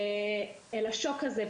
אל השוק הזה,